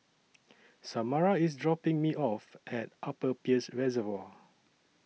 Samara IS dropping Me off At Upper Peirce Reservoir